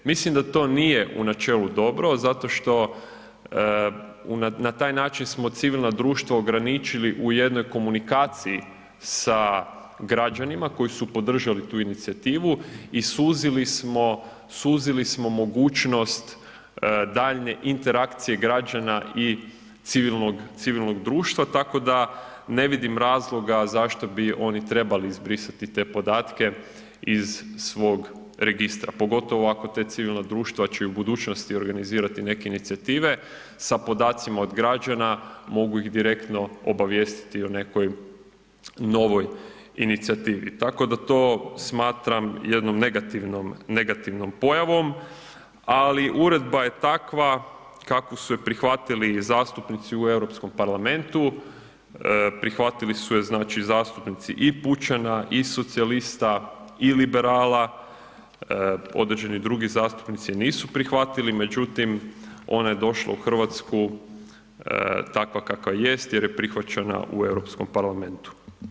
Mislim da to nije u načelu dobro zato što na taj način smo civilno društvo ograničili u jednoj komunikaciji sa građanima koji su podržali tu inicijativu i suzili smo, suzili smo mogućnost daljnje interakcije građana i civilnog, civilnog društva, tako da ne vidim razloga zašto bi oni trebali izbrisati te podatke iz svog registra, pogotovo ako ta civilna društva će i u budućnosti organizirati neke inicijative sa podacima od građana, mogu ih direktno obavijestiti o nekoj novoj inicijativi, tako da to smatram jednom negativnom, negativnom pojavom, ali uredba je takva kakvu su je prihvatili zastupnici u Europskom parlamentu, prihvatili su je znači zastupnici i pučana i socijalista i liberala, određeni drugi zastupnici je nisu prihvatili, međutim ona je došla u RH takva kakva jest jer je prihvaćena u Europskom parlamentu.